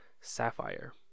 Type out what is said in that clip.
Sapphire